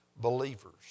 believers